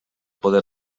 poder